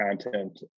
content